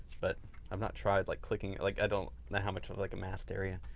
but i've not tried like clicking it. like i don't know how much of like a masked area.